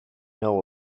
know